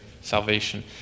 salvation